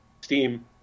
Steam